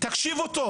תקשיבו טוב